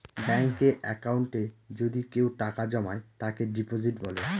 ব্যাঙ্কে একাউন্টে যদি কেউ টাকা জমায় তাকে ডিপোজিট বলে